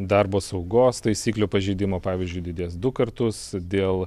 darbo saugos taisyklių pažeidimo pavyzdžiui didės du kartus dėl